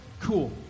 Cool